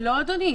לא, אדוני.